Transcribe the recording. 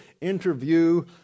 interview